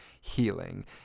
healing